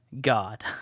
God